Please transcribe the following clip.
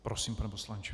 Prosím, pane poslanče.